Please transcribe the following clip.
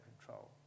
control